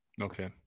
Okay